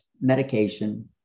medication